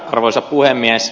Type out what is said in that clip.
arvoisa puhemies